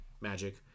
magic